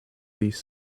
these